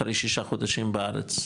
אחרי שישה חודשים בארץ,